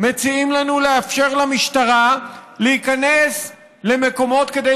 מציעים לנו לאפשר למשטרה להיכנס למקומות כדי